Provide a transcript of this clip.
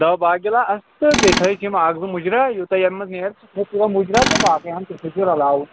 داہ باہ گِلاس تہٕ بیٚیہِ تھٲوِہوکھ اکھ زٕ مُجرا یوٗتاہ ییٚمہِ منٛز نیرِ سُہ تھاوِو مُجرا تہٕ باقٕے ہَن تٔسۍ چھُ رَلاوُن